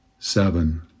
seven